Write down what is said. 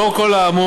לאור כל האמור,